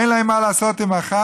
אין להם מה לעשות בחג.